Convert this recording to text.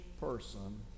person